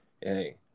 Hey